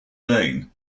vain